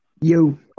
Yo